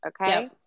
Okay